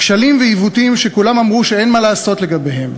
כשלים ועיוותים שכולם אמרו שאין מה לעשות לגביהם,